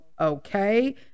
Okay